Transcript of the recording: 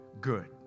Good